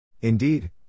Indeed